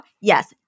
Yes